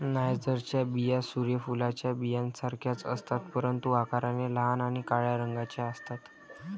नायजरच्या बिया सूर्य फुलाच्या बियांसारख्याच असतात, परंतु आकाराने लहान आणि काळ्या रंगाच्या असतात